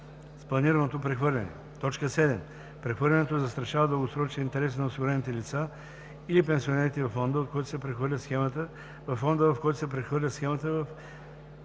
с планираното прехвърляне; 7. прехвърлянето застрашава дългосрочните интереси на осигурените лица или пенсионерите във фонда, от който се прехвърля схемата, във